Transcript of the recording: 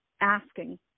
asking